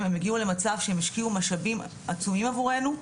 הם הגיעו למצב שהם השקיעו משאבים עצומים עבורנו,